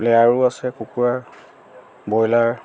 প্লেয়াৰো আছে কুকুৰাৰ ব্ৰইলাৰ